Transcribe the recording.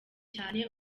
cyane